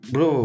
Bro